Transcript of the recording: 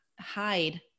hide